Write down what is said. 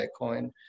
Bitcoin